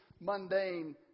mundane